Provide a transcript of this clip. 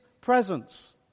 presence